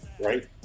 Right